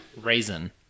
Raisin